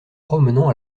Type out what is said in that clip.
promenons